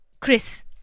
Chris